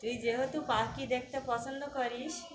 তুই যেহেতু পাখি দেখতে পছন্দ করিস